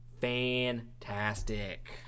fantastic